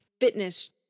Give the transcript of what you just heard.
fitness